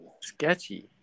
sketchy